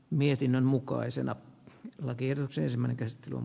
mietinnön mukaisena etlatiedon seisemän castrum